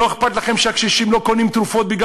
לא אכפת לכם שהקשישים לא קונים תרופות מפני